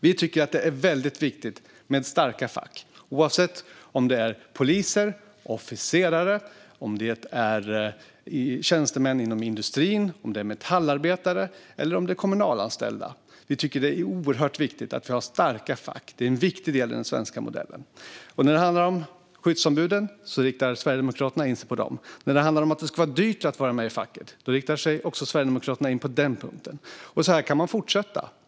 Vi tycker att det är väldigt viktigt med starka fack, oavsett om det är poliser, officerare, tjänstemän inom industrin, metallarbetare eller kommunanställda. Vi tycker att det är oerhört viktigt att vi har starka fack. Det är en viktig del i den svenska modellen. När det handlar om skyddsombuden riktar Sverigedemokraterna in sig på dem. När det handlar om att det ska vara dyrt att vara med i facket riktar Sverigedemokraterna in sig också på den punkten. Så här kan man fortsätta.